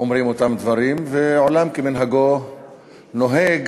אומרים אותם דברים, ועולם כמנהגו נוהג,